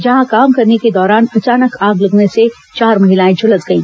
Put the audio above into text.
जहां काम करने के दौरान अचानक आग लगने से चार महिलाएं झुलस गई